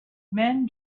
men